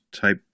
type